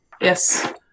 Yes